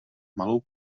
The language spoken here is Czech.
malou